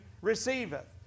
receiveth